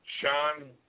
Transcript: Sean